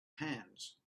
hands